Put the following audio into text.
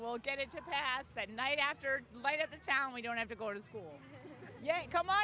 will get it to pass that night after light at the town we don't have to go to school yet come